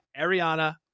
ariana